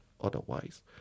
otherwise